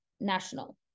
national